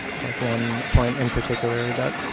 like one point in particular that